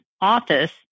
office